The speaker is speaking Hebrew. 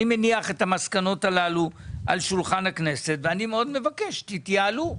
אני מניח את המסקנות הללו על שולחן הכנסת ואני מאוד מבקש שתתייעלו.